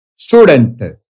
Student